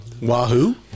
Wahoo